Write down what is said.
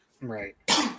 Right